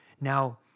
Now